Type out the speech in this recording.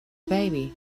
baby